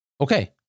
Okay